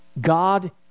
God